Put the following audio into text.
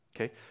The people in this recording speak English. Okay